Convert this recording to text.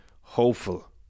hopeful